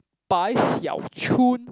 Bai-Xiao-Chun